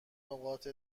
نقاط